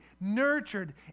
nurtured